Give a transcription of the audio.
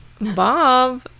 bob